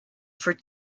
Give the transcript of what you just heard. for